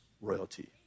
royalty